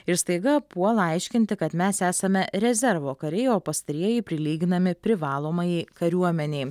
ir staiga puola aiškinti kad mes esame rezervo kariai o pastarieji prilyginami privalomajai kariuomenei